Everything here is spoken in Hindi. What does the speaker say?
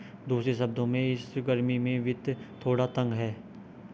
दूसरे शब्दों में, इस गर्मी में वित्त थोड़ा तंग है